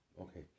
Okay